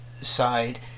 side